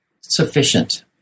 sufficient